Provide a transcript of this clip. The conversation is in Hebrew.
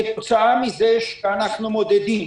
כתוצאה מזה שאנחנו מודדים